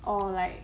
or like